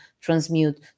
transmute